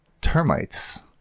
termites